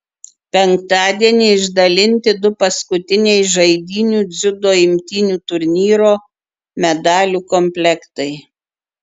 penktadienį išdalinti du paskutiniai žaidynių dziudo imtynių turnyro medalių komplektai